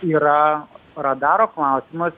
yra radaro klausimas